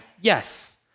yes